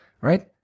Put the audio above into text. Right